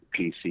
PC